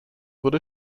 wurde